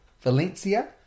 Valencia